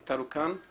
התעופה.